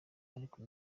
ariko